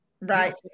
Right